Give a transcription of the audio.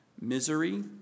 misery